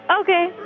Okay